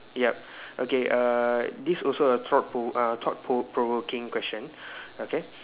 yup okay uh this also a thought pro~ uh thought pro~ provoking question okay